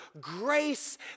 grace